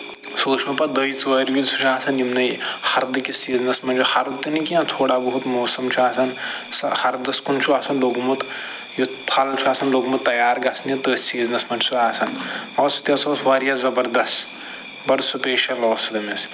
سُہ وُچھ مےٚ پَتہٕ دۅیہِ ژورِ وِزِ سُہ چھُ آسان یِمنٕے ہردٕ کِس سیٖزنَس منٛز ہرُد تہِ نہٕ کیٚنٛہہ مطلب تھوڑا بہت موسَم چھُ آسان ہردَس کُن چھُ آسان لوٚگمُت یُتھ تھل چھُ آسان لوٚگمُت تَیار گژھنہِ تٔتھۍ سیٖزنَس منٛز چھُ آسان سُہ تہِ ہسا اوس واریاہ زَبردست بڈٕ سُپیشَل اوس سُہ تٔمِس